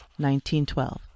1912